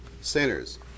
sinners